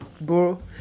bro